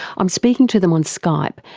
i'm speaking to them on skype,